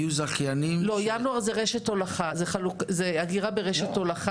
זה אגירה ברשת הולכה.